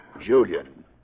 Julian